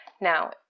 Now